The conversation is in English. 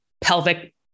pelvic